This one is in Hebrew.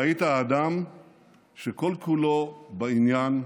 ראית אדם שכל-כולו בעניין,